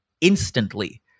instantly